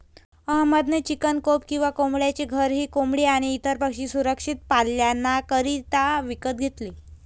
अहमद ने chicken coop किंवा कोंबड्यांचे घर ही कोंबडी आणी इतर पक्षी सुरक्षित पाल्ण्याकरिता विकत घेतले